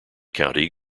county